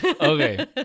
okay